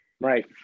right